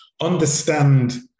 understand